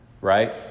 Right